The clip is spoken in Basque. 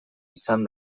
izan